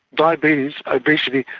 diabetes, obesity,